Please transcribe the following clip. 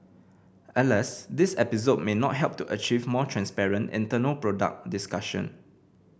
alas this episode may not help to achieve more transparent internal product discussion